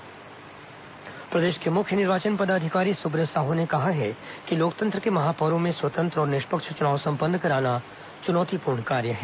सुब्रत साहू निर्वाचन प्रक्रिया प्रदेश के मुख्य निर्वाचन पदाधिकारी सुब्रत साहू ने कहा है कि लोकतंत्र के महापर्व में स्वतंत्र और निष्पक्ष चुनाव सम्पन्न कराना चुनौतीपूर्ण कार्य है